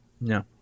No